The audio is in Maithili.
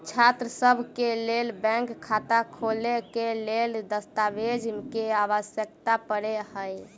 छात्रसभ केँ लेल बैंक खाता खोले केँ लेल केँ दस्तावेज केँ आवश्यकता पड़े हय?